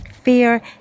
Fear